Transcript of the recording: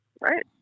Right